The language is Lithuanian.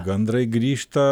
gandrai grįžta